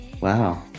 Wow